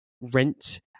rent